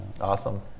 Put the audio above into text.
Awesome